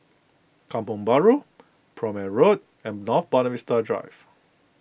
Kampong Bahru Prome Road and North Buona Vista Drive